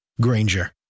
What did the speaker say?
Granger